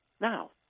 Now